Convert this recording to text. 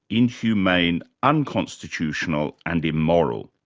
inhumane, unconstitutional and immoral'.